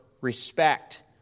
respect